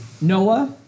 Noah